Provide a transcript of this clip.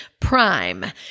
prime